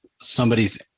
somebody's